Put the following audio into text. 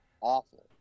awful